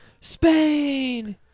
Spain